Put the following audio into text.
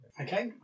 Okay